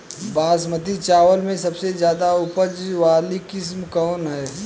बासमती चावल में सबसे अधिक उपज वाली किस्म कौन है?